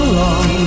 long